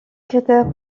critères